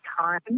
time